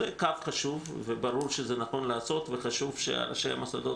זה קו חשוב וברור שזה נכון לעשות וחשוב שראשי המוסדות